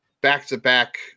back-to-back